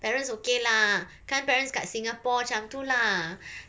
parents okay lah kan parents kat singapore macam tu lah